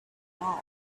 off